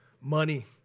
money